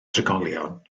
drigolion